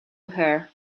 her